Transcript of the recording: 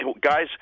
Guys